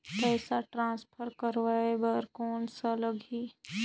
पइसा ट्रांसफर करवाय बर कौन का लगही?